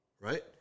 Right